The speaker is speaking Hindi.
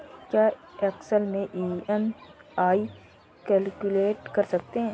क्या एक्सेल में ई.एम.आई कैलक्यूलेट कर सकते हैं?